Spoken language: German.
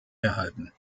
erhalten